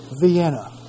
Vienna